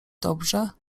dobrze